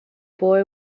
boy